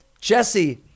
Jesse